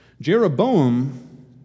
Jeroboam